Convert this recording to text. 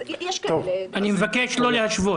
אני מבקש לא להשוות.